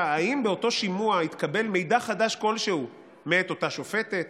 אם באותו שימוע התקבל מידע חדש כלשהו מאת אותה שופטת,